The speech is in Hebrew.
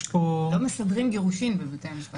לא מסדרים גירושין בבתי המשפט.